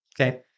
Okay